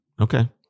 Okay